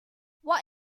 what